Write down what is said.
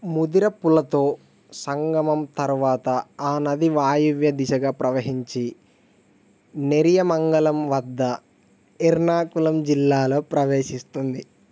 ముదిరపుల్లతో సంగమం తరువాత ఆ నది వాయువ్య దిశగా ప్రవహించి నెరియ మంగళం వద్ద ఎర్నాకుళం జిల్లాలో ప్రవేశిస్తుంది